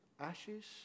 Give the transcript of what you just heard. ashes